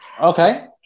okay